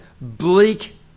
Bleak